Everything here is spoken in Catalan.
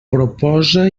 proposa